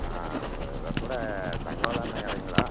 ஆ வெப்போடை தங்கவேல் அண்ணன் கடைங்களா